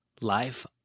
Life